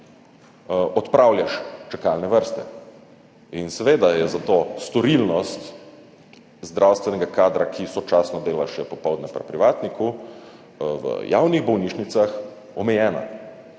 odpravljaš čakalne vrste. In seveda je zato storilnost zdravstvenega kadra, ki sočasno dela še popoldne pri privatniku, v javnih bolnišnicah omejena.